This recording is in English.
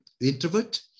introvert